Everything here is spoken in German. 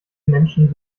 menschen